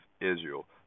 Israel